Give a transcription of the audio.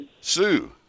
Sue